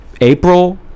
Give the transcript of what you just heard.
april